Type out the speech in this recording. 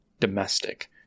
domestic